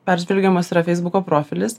peržvelgiamas yra feisbuko profilis